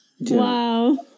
Wow